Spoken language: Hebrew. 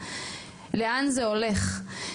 לאן זה הולך?